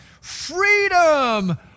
freedom